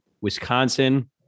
Wisconsin